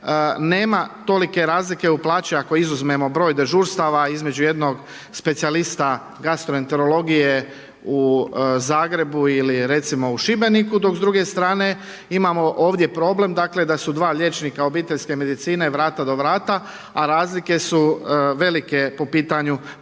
nema tolike razlike u plaći ako izuzmemo broj dežurstava između jednog specijalista gastroenterologije u Zagrebu ili recimo u Šibeniku, dok s druge strane imamo ovdje problem da su dva liječnika obiteljske medicine vrata do vrata, a razlike su velike po pitanju primanja